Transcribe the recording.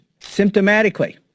symptomatically